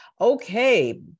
Okay